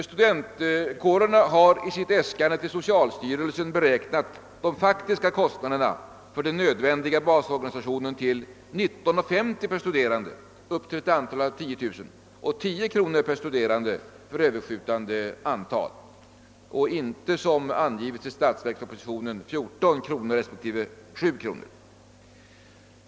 Studentkårerna har i sitt äskande till socialstyrelsen beräknat de faktiska kostnaderna för den nödvändiga basorganisationen till kronor 19:50 per studerande upp till ett antal av 10 000 och till 10 kronor per studerande för överskjutande antal och inte, som angivits i statsverkspropositionen, till 14 kronor respektive 7 kronor.